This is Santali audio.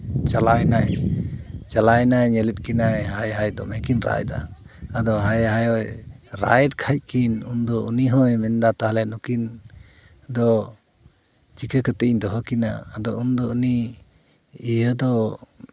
ᱪᱟᱞᱟᱣ ᱮᱱᱟᱭ ᱪᱟᱞᱟᱣ ᱮᱱᱟᱭ ᱧᱮᱞᱮᱫ ᱠᱤᱱᱟᱭ ᱦᱟᱭ ᱦᱟᱭ ᱫᱚᱢᱮ ᱠᱤᱱ ᱨᱟᱜ ᱮᱫᱟ ᱟᱫᱚ ᱦᱟᱭ ᱦᱟᱭ ᱨᱟᱜᱼᱮᱫ ᱠᱷᱟᱡ ᱠᱤᱱ ᱩᱱᱫᱚ ᱩᱱᱤ ᱦᱚᱸᱭ ᱢᱮᱱᱫᱟ ᱛᱟᱦᱚᱞᱮ ᱱᱩᱠᱤᱱ ᱫᱚ ᱪᱤᱠᱟᱹ ᱠᱟᱛᱮ ᱤᱧ ᱫᱚᱦᱚ ᱠᱤᱱᱟ ᱩᱱᱫᱚ ᱩᱱᱤ ᱤᱭᱟᱹ ᱫᱚ